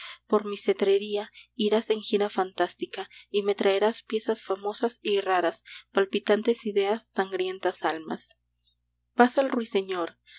por mi cetrería irás en jira fantástica y me traerás piezas famosas y raras palpitantes ideas sangrientas almas pasa el ruiseñor